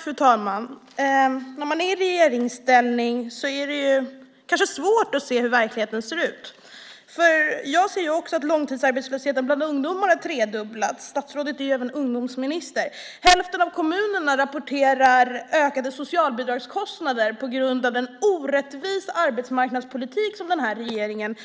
Fru talman! När man är i regeringsställning är det kanske svårt att se hur verkligheten ser ut. Jag ser att långtidsarbetslösheten bland ungdomar har tredubblats. Statsrådet är även ungdomsminister. Hälften av kommunerna rapporterar ökade socialbidragskostnader på grund av den orättvisa arbetsmarknadspolitik som den här regeringen